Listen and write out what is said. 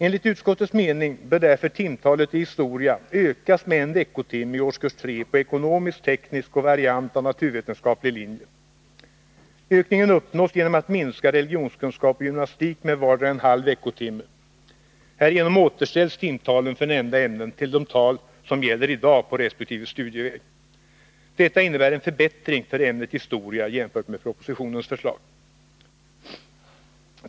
Enligt utskottets mening bör därför timtalet i historia ökas med 1 veckotimme i årskurs 3 på ekonomisk, teknisk och variant av naturvetenskaplig linje. Ökningen uppnås genom att minska religionskunskap och gymnastik med vardera 0,5 veckotimme. Därigenom återställs timtalen för nämnda ämnen till de tal som gäller i dag på resp. studieväg. Detta innebär en förbättring för ämnet historia jämfört med propositionens förslag.